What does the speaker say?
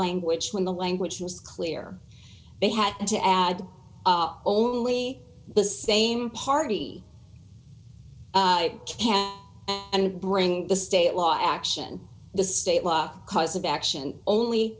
language when the language was clear they had to add up only the same party can and bringing the state law action the state law cause of action only